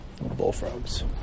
bullfrogs